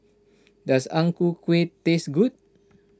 does Ang Ku Kueh taste good